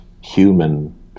human